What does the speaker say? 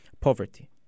poverty